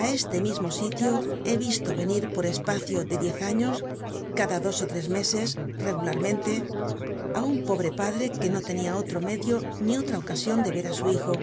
a este mismo sitio he visto venir por espacio de diez años cada dos ó tres meses regularmente á un pobre padre que no tenia otro medio ni otra ocasion de ver á su hijo